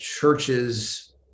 churches